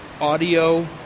audio